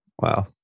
Wow